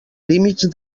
límits